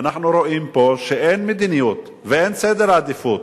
אנחנו רואים פה שאין מדיניות ואין סדר עדיפויות,